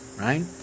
right